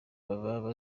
baba